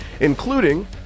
including